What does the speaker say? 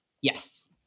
Yes